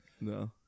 no